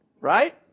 right